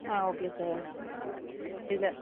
ஆ okay sir இதில்